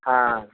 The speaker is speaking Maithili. हाँ